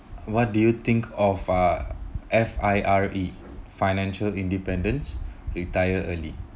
what do you think of uh F_I_R_E financial independence retire early